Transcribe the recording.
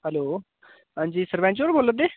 hello हंजी सरपैंच होर बोल्लै दे